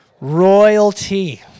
royalty